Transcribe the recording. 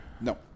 No